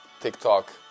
TikTok